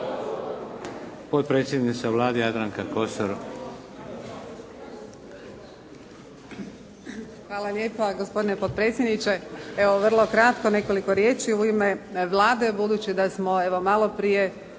Potpredsjednica Vlade Jadranka Kosor.